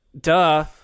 duh